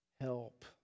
help